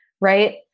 right